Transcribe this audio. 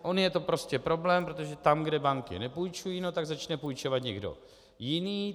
On je to prostě problém, protože tam, kde banky nepůjčují, začne půjčovat někdo jiný.